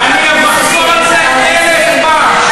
ואני עוד אחזור על זה אלף פעם,